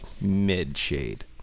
mid-shade